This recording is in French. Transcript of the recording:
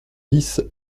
dix